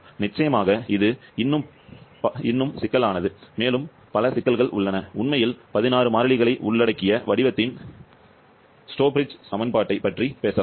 நிச்சயமாக இது இன்னும் பல சிக்கலானது மேலும் பல உள்ளன உண்மையில் 16 மாறிலிகளை உள்ளடக்கிய வடிவத்தின் ஸ்ட்ரோப்ரிட்ஜ் சமன்பாட்டைப் பற்றி பேசலாம்